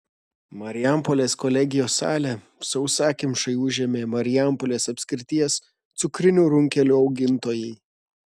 marijampolės kolegijos salę sausakimšai užėmė marijampolės apskrities cukrinių runkelių augintojai